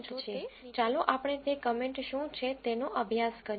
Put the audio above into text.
અહીં કેટલીક કમેન્ટ છે ચાલો આપણે તે કમેન્ટ શું છે તેનો અભ્યાસ કરીએ